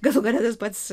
galų gale tas pats